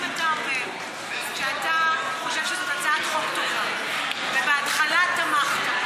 אם אתה אומר שאתה חושב שזאת הצעת חוק טובה ובהתחלה תמכת,